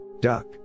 Duck